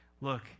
Look